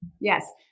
Yes